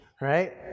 right